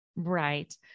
Right